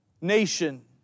nation